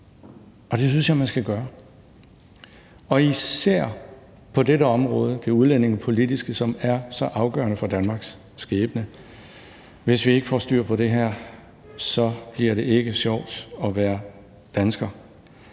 og det synes jeg man skal gøre, især på dette område, det udlændingepolitiske, som er så afgørende for Danmarks skæbne. Hvis ikke vi får styr på det her, bliver det ikke sjovt at være dansker.